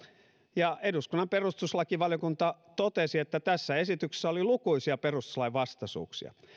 ja eduskunnan perustuslakivaliokunta totesi että tässä esityksessä oli lukuisia perustuslain vastaisuuksia